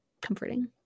comforting